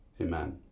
Amen